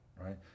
right